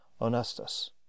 Onestus